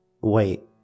wait